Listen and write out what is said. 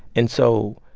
and so,